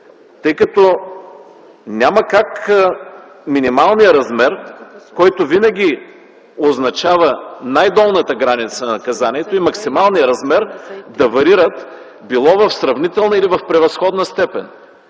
текста. Няма как минималният размер, който винаги означава най-долната граница на наказанието, и максималният размер да варират било в сравнителна или в превъзходна степен